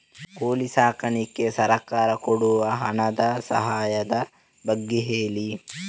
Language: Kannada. ಕೋಳಿ ಸಾಕ್ಲಿಕ್ಕೆ ಸರ್ಕಾರ ಕೊಡುವ ಹಣದ ಸಹಾಯದ ಬಗ್ಗೆ ಹೇಳಿ